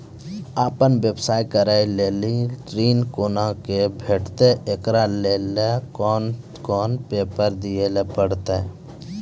आपन व्यवसाय करै के लेल ऋण कुना के भेंटते एकरा लेल कौन कौन पेपर दिए परतै?